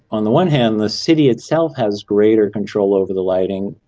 on the one hand the city itself has greater control over the lighting,